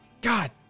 God